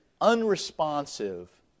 unresponsive